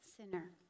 sinner